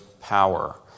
power